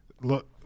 Look